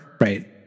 Right